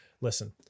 listen